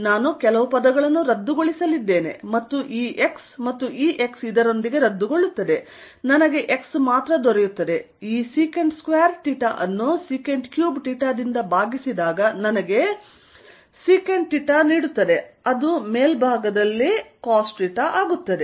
ನಾನು ಕೆಲವು ಪದಗಳನ್ನು ರದ್ದುಗೊಳಿಸಲಿದ್ದೇನೆ ಈ x ಮತ್ತು ಈ x ಇದರೊಂದಿಗೆ ರದ್ದುಗೊಳ್ಳುತ್ತದೆ ಮತ್ತು ನನಗೆ x ಮಾತ್ರ ನೀಡುತ್ತದೆ ಈ sec2 ಅನ್ನು sec3 ರಿಂದ ಭಾಗಿಸಿದಾಗ ನನಗೆ sec θ ನೀಡುತ್ತದೆ ಅದು ಮೇಲ್ಭಾಗದಲ್ಲಿ cos θ ಆಗುತ್ತದೆ